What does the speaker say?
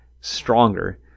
stronger